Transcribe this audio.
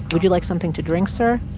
would you like something to drink, sir?